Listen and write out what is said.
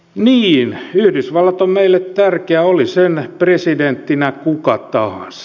niin yhdysvallat on meille tärkeä oli sen presidenttinä kuka tahansa